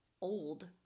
old